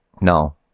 No